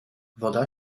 woda